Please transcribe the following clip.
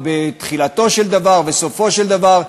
ובתחילתו של דבר ובסופו של דבר,